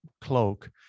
cloak